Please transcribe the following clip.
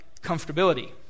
comfortability